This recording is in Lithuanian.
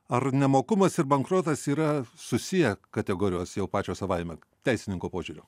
ar nemokumas ir bankrotas yra susiję kategorijos jau pačios savaime teisininko požiūriu